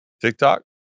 TikTok